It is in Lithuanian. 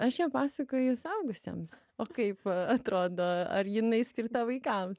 aš ją pasakoju suaugusiems o kaip atrodo ar jinai skirta vaikams